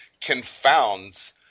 confounds